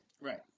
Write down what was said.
Right